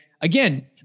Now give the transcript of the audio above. again –